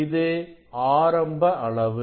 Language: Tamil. இது ஆரம்ப அளவு